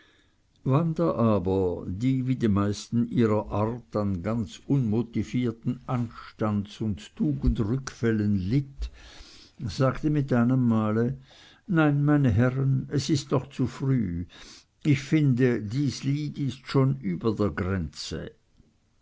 wanda aber die wie die meisten ihrer art an ganz unmotivierten anstands und tugendrückfällen litt sagte mit einem male nein meine herren es ist noch zu früh ich finde dies lied ist schon über der grenze